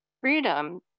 freedom